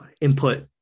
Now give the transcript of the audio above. input